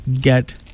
get